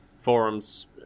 forums